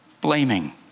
blaming